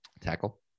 tackle